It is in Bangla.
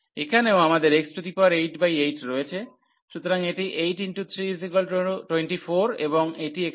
এখানেও আমাদের x88 রয়েছে সুতরাং এটি 8 × 3 24 এবং এটি এখানে